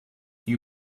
you